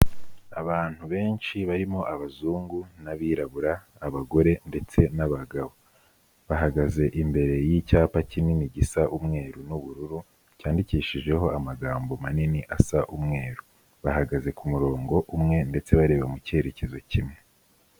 Abantu benshi barimo abazungu n'abirabura, abagore ndetse n'abagabo. Bahagaze imbere y'icyapa kinini gisa umweru n'ubururu, cyandikishijeho amagambo manini asa umweru. Bahagaze ku murongo umwe ndetse bareba mu cyerekezo kimwe.